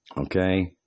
Okay